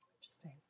Interesting